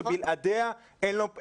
שבלעדיה אין לו תואר?